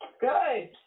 Good